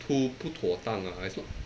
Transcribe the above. too 不妥当 lah it's not